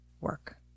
work